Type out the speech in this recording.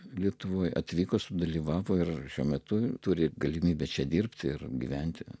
lietuvoje atvyko sudalyvavo ir šiuo metu turi galimybę čia dirbti ir gyventi